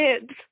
kids